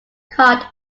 card